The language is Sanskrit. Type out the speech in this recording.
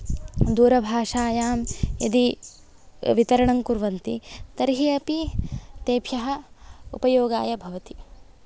दूरभाषायां यदि वितरणं कुर्वन्ति तर्हि अपि तेभ्यः उपयोगाय भवति